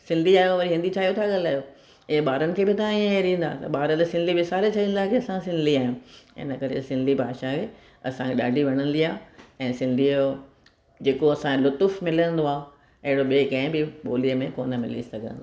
सिंधी आहियो वरी हिंदी ता ॻाल्हायो ऐं ॿारनि खे बि तां हीअं हेरींदा त ॿार त सिंधी विसारे छॾींदा की असां सिंधी आहियूं हिन करे सिंधी भाषा इहे असांखे ॾाढी वणंदी आहे ऐं सिंधी जो जेको असांजे लुत्फ़ु मिलंदो आहे अहिड़ो ॿिए कंहिं बि ॿोलीअ में कोन्ह मिली सघंदो